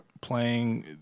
playing